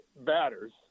batters